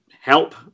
help